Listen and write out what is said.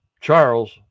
Charles